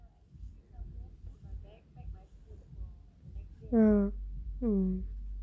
uh mm